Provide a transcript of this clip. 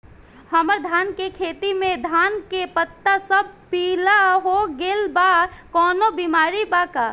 हमर धान के खेती में धान के पता सब पीला हो गेल बा कवनों बिमारी बा का?